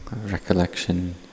recollection